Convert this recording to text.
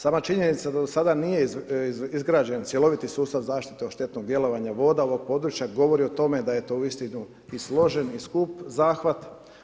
Sama činjenica da do sada nije izgrađen cjeloviti sustav zaštite od štetnog djelovanja voda ovog područja, govori o tome da je to uistinu i složen i skup zahvat.